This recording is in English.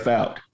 out